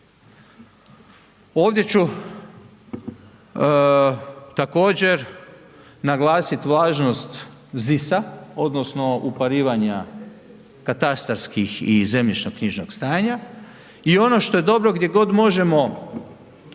Ovdje ću također naglasiti važnost ZIS-a odnosno uparivanja katastarskih i zemljišno knjižnog stanja i ono što je dobro gdje god možemo sravnjivat